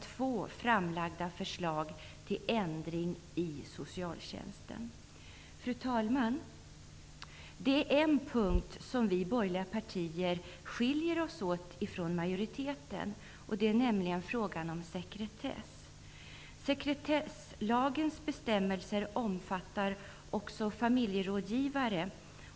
2 framlagda förslag till ändring i socialtjänstlagen. Fru talman! På en punkt skiljer vi i de borgerliga partierna oss åt från majoriteten. Det gäller frågan om sekretess. Sekretesslagens bestämmelser omfattar också familjerådgivare.